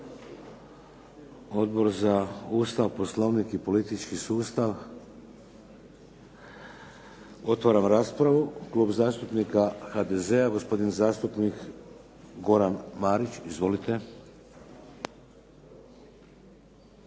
Odbor za Ustav, Poslovnik i politički sustav? Otvaram raspravu, Klub zastupnika HDZ-a, gospodin zastupnik Goran Marić. Izvolite.